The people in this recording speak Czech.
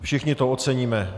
Všichni to oceníme.